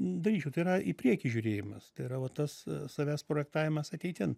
daryčiau tai yra į priekį žiūrėjimas tai yra vo tas savęs projektavimas ateitin